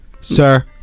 Sir